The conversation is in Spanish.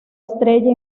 estrella